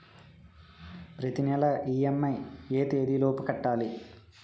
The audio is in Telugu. ప్రతినెల ఇ.ఎం.ఐ ఎ తేదీ లోపు కట్టాలి?